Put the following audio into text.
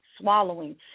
swallowing